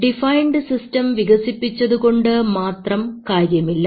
defined system വികസിപ്പിച്ചതുകൊണ്ട് മാത്രം കാര്യമില്ല